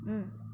mm